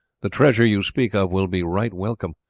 the treasure you speak of will be right welcome,